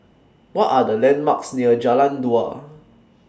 What Are The landmarks near Jalan Dua